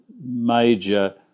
major